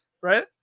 right